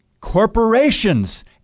corporations